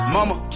Mama